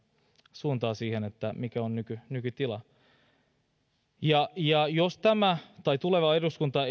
suuntaa siihen mikä on nykytila jos tämä tai tuleva eduskunta